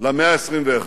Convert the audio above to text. למאה ה-21.